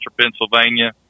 Pennsylvania